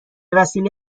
وسیله